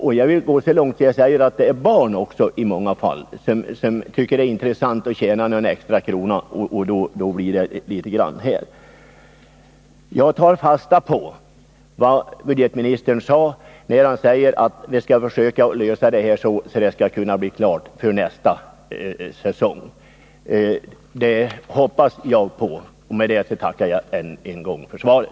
Och jag vill t.o.m. påstå att det i många fall kan vara barn också, som tycker att det är intressant att tjäna någon extra krona. Jag tar fasta på att budgetministern sade att han skall försöka åstadkomma en lösning till nästa säsong. Det hoppas jag på, och med det tackar jag än en gång för svaret.